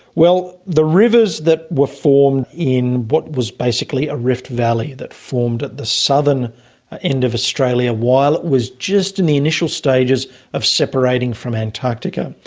well, the rivers that were formed in what was basically a rift valley that formed at the southern end of australia while it was just in the initial stages of separating from antarctica.